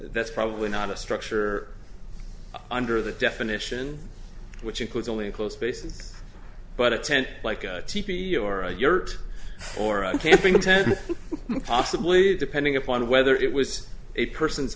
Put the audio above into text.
that's probably not a structure under the definition which includes only enclosed spaces but a tent like a t v or a yurt or a camping ten possibly depending upon whether it was a person's